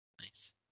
Nice